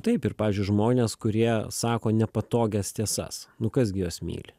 taip ir pavyzdžiui žmonės kurie sako nepatogias tiesas nu kas gi juos myli